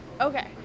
okay